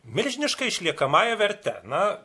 milžiniška išliekamąja verte na